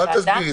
אל תסבירי.